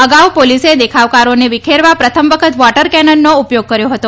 અગાઉ પોલીસે દેખાવકારોને વીખેરવા પ્રથમ વખત વોટર કેનનનો ઉપયોગ કર્યો હતો